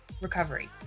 recovery